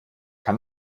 kann